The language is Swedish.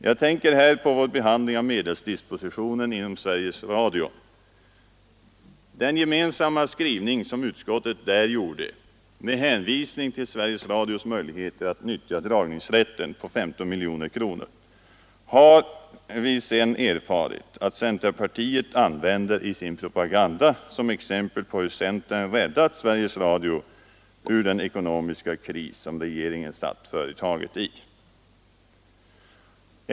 Jag tänker här på vår behandling av medelsdispositionen inom Sveriges Radio. Den gemensamma skrivning som utskottet där gjorde med hänvisning till Sveriges Radios möjligheter att nyttja dragningsrätten på 15 miljoner kronor har vi sedan erfarit att centerpartiet använder i sin propaganda som exempel på hur centern har räddat Sveriges Radio ur den ekonomiska kris som regeringen hade försatt företåget i.